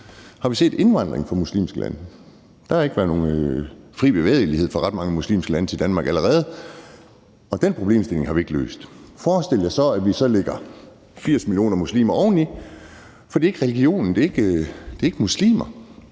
har vi set indvandring fra muslimske lande – der har ikke været nogen fri bevægelighed fra ret mange muslimske lande til Danmark – og den problemstilling har vi ikke løst. Forestil jer så, at vi lægger 80 millioner muslimer oveni. Og det er ikke religionen, det er ikke muslimer